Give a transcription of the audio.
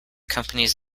company’s